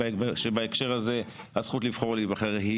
(הזכות להיבחר),